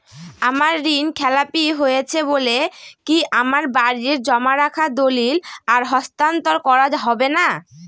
আমার ঋণ খেলাপি হয়েছে বলে কি আমার বাড়ির জমা রাখা দলিল আর হস্তান্তর করা হবে না?